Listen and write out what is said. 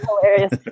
hilarious